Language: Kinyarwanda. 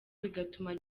bigatuma